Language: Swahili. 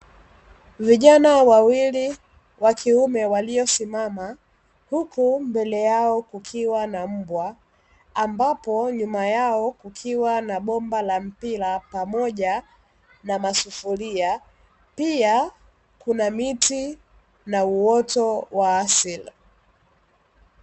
Vijana wawili wakiume waliosimama huku mbele yao kukiwa na mbwa, ambapo nyuma yao kukiwa na bomba la mpira pamoja na masufuria pia kuna miti na uoto wa asili.